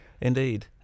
indeed